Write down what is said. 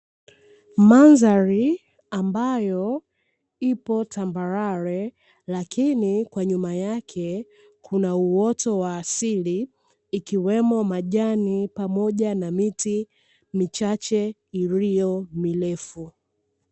Mandhari ambayo ipo tambarare, lakini kwa nyuma yake kuna uoto wa asili, ikiwemo majani pamoja na miti michache iliyo mirefu.